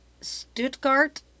Stuttgart